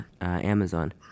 Amazon